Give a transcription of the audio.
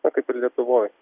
na kaip ir lietuvoj